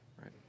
right